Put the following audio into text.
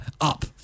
up